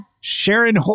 Sharon